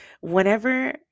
whenever